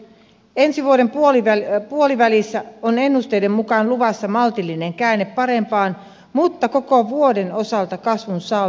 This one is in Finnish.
ensi vuoden puolivälissä on ennusteiden mukaan luvassa maltillinen käänne parempaan mutta koko vuoden osalta kasvun saldo on nolla